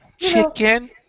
chicken